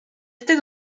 resté